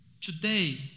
Today